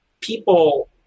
People